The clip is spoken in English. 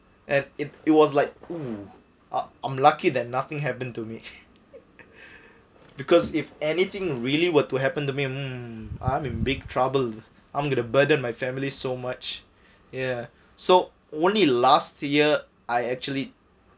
and it it was like oh ah I'm lucky that nothing happen to me because if anything really were to happen to me um I'm in big trouble I'm gonna burden my family so much ya so only last year I actually